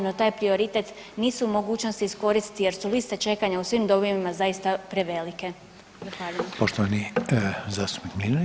No, taj prioritet nisu u mogućnosti iskoristiti jer su liste čekanja u svim domovima zaista prevelike.